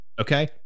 Okay